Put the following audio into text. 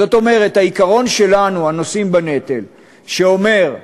זאת אומרת, העיקרון שלנו, הנושאים בנטל, שאומר: